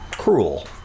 cruel